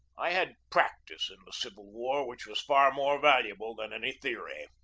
i had practice in the civil war which was far more valuable than any theory.